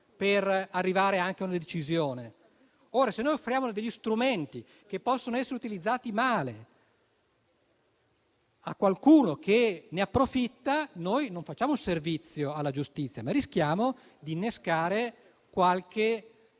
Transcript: per arrivare a una decisione. Se noi offriamo degli strumenti, che possono essere utilizzati male, a qualcuno che ne approfitta, non facciamo un servizio alla giustizia, ma rischiamo di mettere qualche